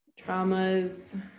traumas